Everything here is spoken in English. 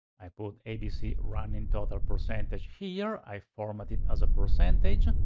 i put abc running total percentage here. i format it as a percentage.